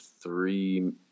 three